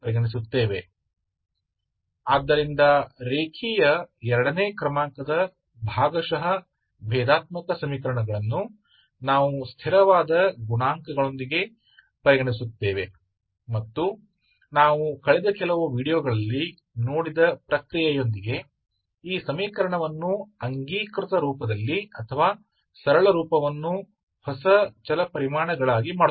इसलिए निरंतर गुणांक वाले रैखिक दूसरे क्रम के पार्शियल डिफरेंशियल समीकरणों पर हम विचार करते हैं और हमारे पास इस प्रक्रिया के साथ है कि हम पिछले कुछ वीडियो में उतरते हैं हम इस समीकरण को कैनॉनिकल रूप में या सरल रूप में नए चर में कम करते हैं